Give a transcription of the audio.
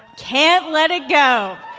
can't let it go.